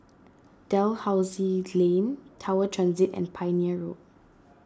Dalhousie Lane Tower Transit and Pioneer Road